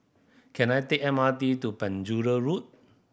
can I take M R T to Penjuru Road